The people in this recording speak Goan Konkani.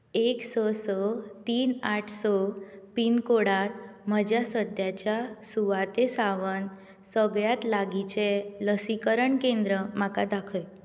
एक स स तीन आठ स पिनकोडांत म्हज्या सद्याच्या सुवाते सावन सगळ्यांत लागींचें लसीकरण केंद्र म्हाका दाखय